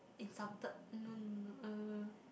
insulted no uh